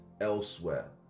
elsewhere